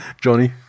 Johnny